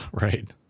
right